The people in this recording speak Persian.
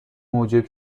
موجب